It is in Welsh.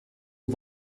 nhw